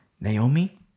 Naomi